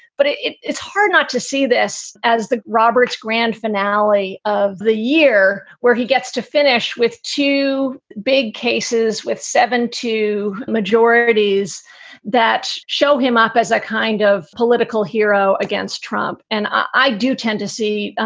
but ah it's hard not to see this as the roberts grand finale of the year, where he gets to finish with two big cases, with seven two majorities that show him up as a kind of political hero against trump. and i do tend to see